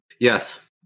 Yes